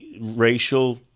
racial